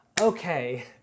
okay